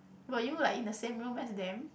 were you like in the same room as them